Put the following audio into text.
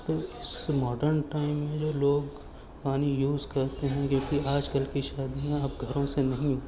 تو اس modern time میں جو لوگ پانی یوز کرتے ہیں کیونکہ آج کل کی شادیاں اب گھروں سے نہیں ہوتی